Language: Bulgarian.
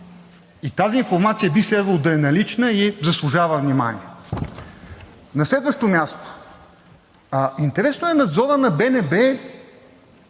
Тази информация би следвало да е налична и заслужава внимание. На следващо място, интересно е Надзорът на БНБ